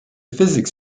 physics